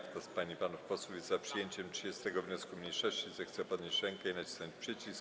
Kto z pań i panów posłów jest za przyjęciem 30. wniosku mniejszości, zechce podnieść rękę i nacisnąć przycisk.